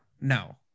No